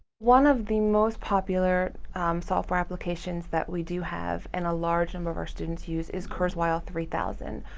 one of the most popular software applications that we do have and a large number of our students use is kurzweil three thousand.